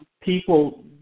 people